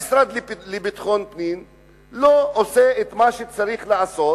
המשרד לביטחון פנים לא עושה את מה שצריך לעשות,